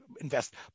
invest